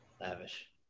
Lavish